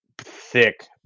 thick